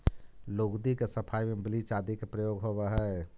लुगदी के सफाई में ब्लीच आदि के प्रयोग होवऽ हई